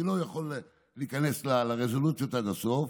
אני לא יכול להיכנס לרזולוציות עד הסוף.